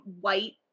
white